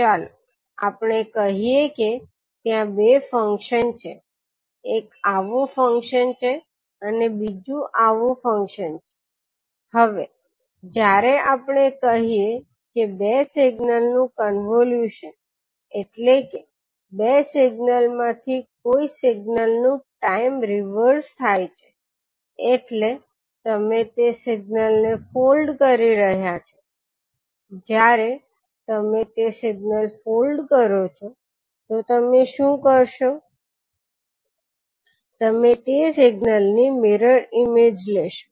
ચાલો આપણે કહીએ કે ત્યાં બે ફંક્શન છે એક આવું ફંક્શન છે અને બીજું આવું ફંક્શન છે હવે જ્યારે આપણે કહીએ કે બે સિગ્નલનું કોન્વોલ્યુશન એટલે કે બે સિગ્નલ માંથી કોઈ સિગ્નલનુ ટાઇમ રિવર્ઝ થાય છે એટલે તમે તે સિગ્નલને ફોલ્ડ કરી રહ્યા છો જયારે તમે તે સિગ્નલ ફોલ્ડ કરો છો તો તમે શું કરશો તમે તે સિગ્નલની મિરર ઇમેજ લેશો